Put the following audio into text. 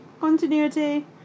continuity